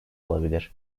olabilir